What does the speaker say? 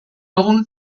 egun